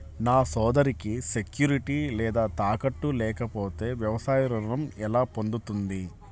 నా సోదరికి సెక్యూరిటీ లేదా తాకట్టు లేకపోతే వ్యవసాయ రుణం ఎలా పొందుతుంది?